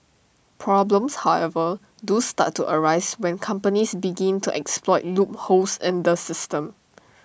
problems however do start to arise when companies begin to exploit loopholes in the system